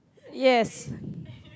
yes